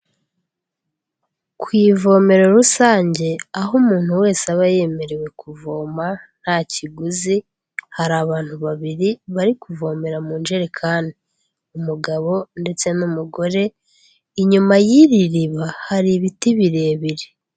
Ku ivomero rusange aho umuntu wese aba yemerewe kuvoma nta kiguzi hari abantu babiri bari kuvomera mu njerekani, umugabo ndetse n'umugore, inyuma y'iri riba hari ibiti birebire.